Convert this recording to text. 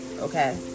Okay